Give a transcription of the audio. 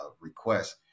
request